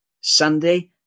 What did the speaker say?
Sunday